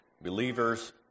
believers